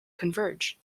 converge